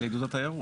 זה לעידוד התיירות.